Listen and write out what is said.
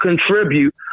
contribute